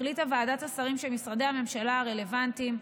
החליטה ועדת השרים שמשרדי הממשלה הרלוונטיים,